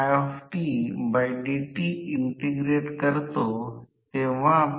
खरं तर तयार केलेल्या कार्य परिस्थिती मोटर वरील लोड वर अवलंबून न राहता तो स्थिर राहील